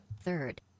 Third